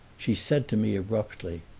she said to me abruptly,